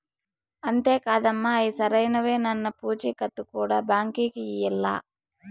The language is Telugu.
అంతే కాదమ్మ, అయ్యి సరైనవేనన్న పూచీకత్తు కూడా బాంకీకి ఇయ్యాల్ల